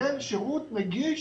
נקבל שירות נגיש